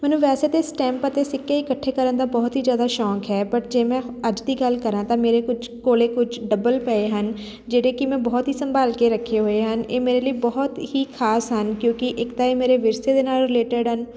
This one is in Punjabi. ਮੈਨੂੰ ਵੈਸੇ ਤਾਂ ਸਟੈਂਪ ਅਤੇ ਸਿੱਕੇ ਇਕੱਠੇ ਕਰਨ ਦਾ ਬਹੁਤ ਹੀ ਜ਼ਿਆਦਾ ਸ਼ੌਂਕ ਹੈ ਬਟ ਜੇ ਮੈਂ ਅੱਜ ਦੀ ਗੱਲ ਕਰਾਂ ਤਾਂ ਮੇਰੇ ਕੁਝ ਕੋਲੇ ਕੁਝ ਡਬਲ ਪਏ ਹਨ ਜਿਹੜੇ ਕਿ ਮੈਂ ਬਹੁਤ ਹੀ ਸੰਭਾਲ ਕੇ ਰੱਖੇ ਹੋਏ ਹਨ ਇਹ ਮੇਰੇ ਲਈ ਬਹੁਤ ਹੀ ਖਾਸ ਹਨ ਕਿਉਂਕਿ ਇੱਕ ਤਾਂ ਇਹ ਮੇਰੇ ਵਿਰਸੇ ਦੇ ਨਾਲ ਰਿਲੇਟਡ ਹਨ